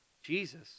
Jesus